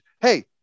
Hey